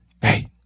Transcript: Hey